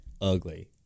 ugly